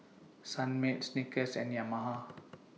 Sunmaid Snickers and Yamaha